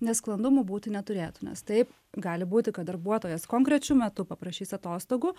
nesklandumų būti neturėtų nes taip gali būti kad darbuotojas konkrečiu metu paprašys atostogų